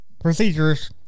procedures